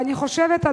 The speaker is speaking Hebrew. ואני חושבת,